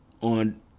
on